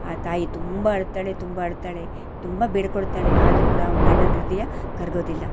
ಆ ತಾಯಿ ತುಂಬ ಅಳ್ತಾಳೆ ತುಂಬ ಅಳ್ತಾಳೆ ತುಂಬ ಬೇಡಿಕೊಳ್ತಾಳೆ ಆದರೂ ಕೂಡ ಅವ್ನ ಗಂಡನ ಹೃದಯ ಕರಗೋದಿಲ್ಲ